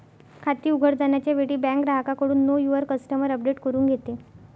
खाते उघडताना च्या वेळी बँक ग्राहकाकडून नो युवर कस्टमर अपडेट करून घेते